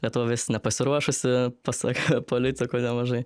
lietuva vis nepasiruošusi pasak politikų nemažai